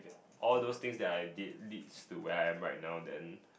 all those things that I did leads to where I am right now then